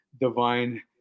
divine